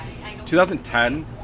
2010